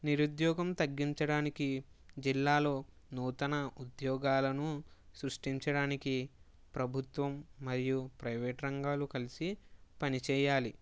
నిరుద్యోగం తగ్గించడానికి జిల్లాలో నూతన ఉద్యోగాలను సృష్టించడానికి ప్రభుత్వం మరియు ప్రైవేట్ రంగాలు కలసి పని చేయాలి